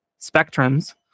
spectrums